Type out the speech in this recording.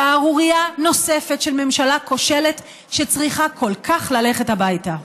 שערורייה נוספת של ממשלה כושלת שצריכה כל כך ללכת הביתה.